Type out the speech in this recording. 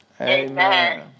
Amen